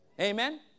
Amen